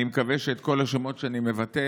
אני מקווה שאת כל השמות שאני מבטא,